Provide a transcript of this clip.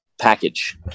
package